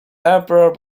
emperor